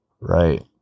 Right